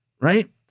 right